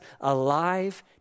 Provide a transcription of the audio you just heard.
alive